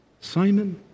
Simon